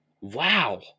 wow